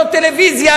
לא טלוויזיה,